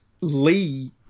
Lee